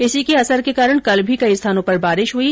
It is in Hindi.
इसी के असर के कारण कल भी कई स्थानों पर बारिश हुई